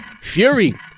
Fury